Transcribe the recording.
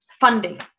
funding